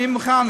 אני מוכן,